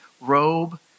robe